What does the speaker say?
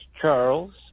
Charles